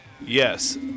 Yes